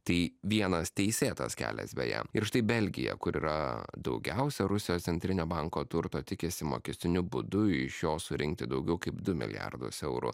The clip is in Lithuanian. tai vienas teisėtas kelias beje ir štai belgija kur yra daugiausia rusijos centrinio banko turto tikisi mokestiniu būdu iš jo surinkti daugiau kaip du milijardus eurų